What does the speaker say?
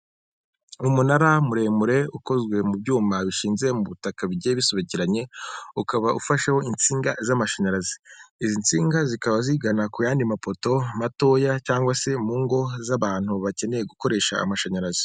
Umunara muremure ukozwe mu byuma bishinze mu butaka bigiye bisobekeranye ukaba ufashe insinga z'amashanyarazi. Izi nsinga zikaba zigana ku yandi mapoto matoya cyangwa se mu ngo z'abantu bakeneye gukoresha amashanyarazi.